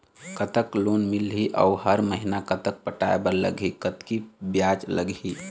कतक लोन मिलही अऊ हर महीना कतक पटाए बर लगही, कतकी ब्याज लगही?